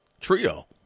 trio